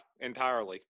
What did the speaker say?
Entirely